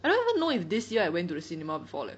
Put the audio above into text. I don't even know if this year I went to the cinema before leh